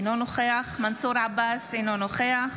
אינו נוכח מנסור עבאס, אינו נוכח